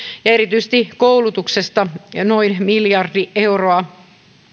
ja erityisesti koulutuksesta noin miljardi euroa